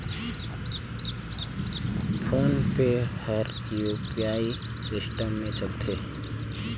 phone पे हर UPI system मे चलथे